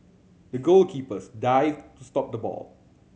the goalkeepers dived to stop the ball